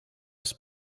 was